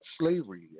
slavery